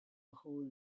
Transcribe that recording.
hole